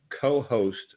co-host